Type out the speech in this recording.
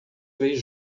três